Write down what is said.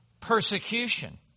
persecution